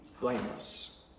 blameless